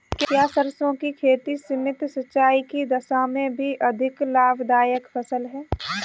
क्या सरसों की खेती सीमित सिंचाई की दशा में भी अधिक लाभदायक फसल है?